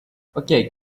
okay